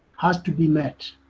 has to be met.